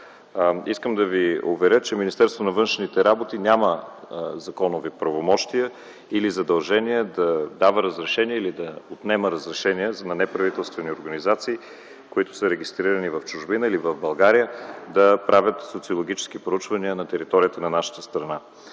Искам да Ви уверя, че Министерството на външните работи няма законови правомощия или задължения да дава разрешение или да отнема разрешение на неправителствени организации, които са регистрирани в чужбина или в България, да правят социологически проучвания на територията на нашата страна,